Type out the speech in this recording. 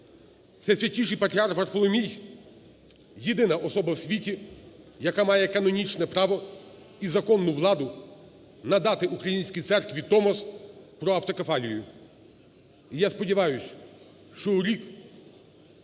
Всесвятіший Патріарх Варфоломій – єдина особа в світі, яка має канонічне право і законну владу надати Українській Церкві Томос про автокефалію. І я сподіваюся, що у рік